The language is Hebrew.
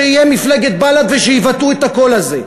את הקול הזה.